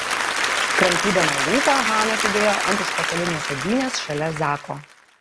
kramtydama lūpą hana sėdėjo ant užpakalinės sėdynės šalia zako